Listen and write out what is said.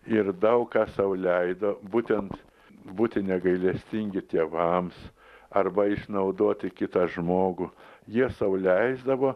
ir daug ką sau leido būtent būti negailestingi tėvams arba išnaudoti kitą žmogų jie sau leisdavo